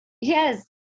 Yes